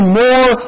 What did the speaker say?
more